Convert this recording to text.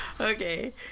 Okay